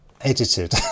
edited